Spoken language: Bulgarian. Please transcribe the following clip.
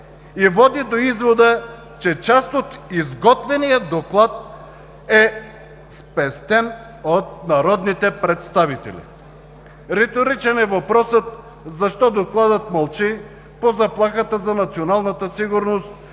и води до извода, че част от изготвения Доклад е спестен от народните представители. Риторичен е въпросът: защо Докладът мълчи по заплахата за националната сигурност